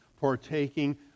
partaking